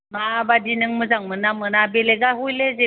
माबादि नों मोजां मोनो ना मोना बेलेगा हयले जेबो बुङाखै